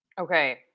Okay